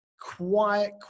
quiet